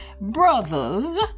brothers